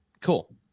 cool